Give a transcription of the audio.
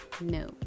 no